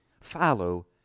follow